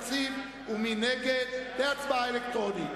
הכיסא ראיתי בצורה מפורשת שאומנם השרים קצת עסוקים בעניינים אחרים,